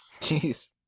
Jeez